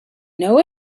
know